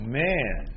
man